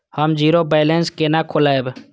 हम zero balance केना खोलैब?